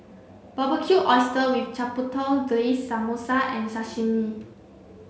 Barbecued Oyster with Chipotle Glaze Samosa and Sashimi